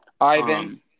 Ivan